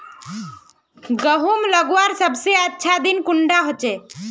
गहुम लगवार सबसे अच्छा दिन कुंडा होचे?